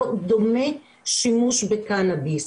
לא דומה שימוש בקנאביס